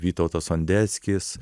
vytautas sondeckis